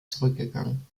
zurückgegangen